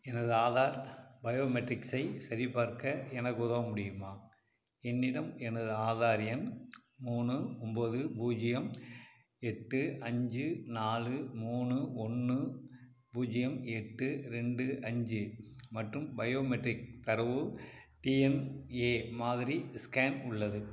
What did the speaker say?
எனது ஆதார் பயோமெட்ரிக்ஸை சரிபார்க்க எனக்கு உதவ முடியுமா என்னிடம் எனது ஆதார் எண் மூணு ஒம்போது பூஜ்ஜியம் எட்டு அஞ்சு நாலு மூணு ஒன்று பூஜ்ஜியம் எட்டு ரெண்டு அஞ்சு மற்றும் பயோமெட்ரிக் தரவு டிஎன்ஏ மாதிரி ஸ்கேன் உள்ளது